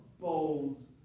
bold